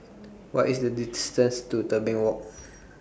What IS The distance to Tebing Walk